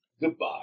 goodbye